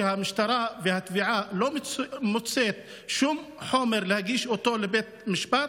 כשהמשטרה והתביעה לא מוצאות שום חומר להגיש לבית המשפט,